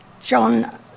John